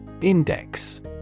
Index